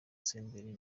senderi